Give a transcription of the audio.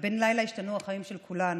בן לילה השתנו החיים של כולנו,